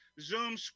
Zoom